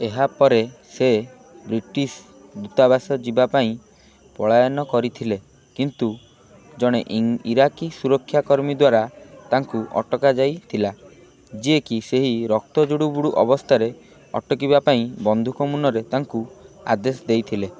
ଏହା ପରେ ସେ ବ୍ରିଟିଶ୍ ଦୂତାବାସ ଯିବା ପାଇଁ ପଳାୟନ କରିଥିଲେ କିନ୍ତୁ ଜଣେ ଇରାକୀ ସୁରକ୍ଷା କର୍ମୀଦ୍ୱାରା ତାଙ୍କୁ ଅଟକାଯାଇଥିଲା ଯିଏକି ସେହି ରକ୍ତ ଜୁଡ଼ୁବୁଡ଼ୁ ଅବସ୍ଥାରେ ଅଟକିବା ପାଇଁ ବନ୍ଧୁକ ମୁନରେ ତାଙ୍କୁ ଆଦେଶ ଦେଇଥିଲେ